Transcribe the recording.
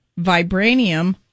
vibranium